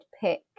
pick